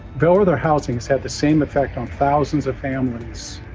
bellwether housing has had the same effect on thousands of families